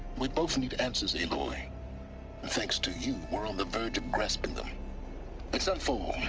we both need answers, aloy. and thanks to you, we're on the verge of grasping them at sunfall.